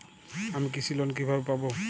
আমি কৃষি লোন কিভাবে পাবো?